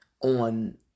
on